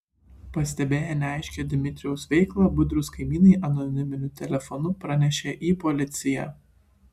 pastebėję neaiškią dmitrijaus veiklą budrūs kaimynai anoniminiu telefonu pranešė į policiją